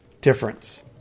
difference